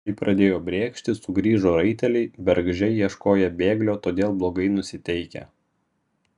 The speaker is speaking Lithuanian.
kai pradėjo brėkšti sugrįžo raiteliai bergždžiai ieškoję bėglio todėl blogai nusiteikę